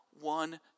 one